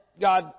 God